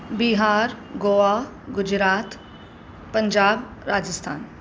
Bihar Goa Gujarat Punjab Rajasthan